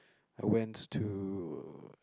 I went to